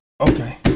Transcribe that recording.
Okay